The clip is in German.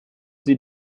sie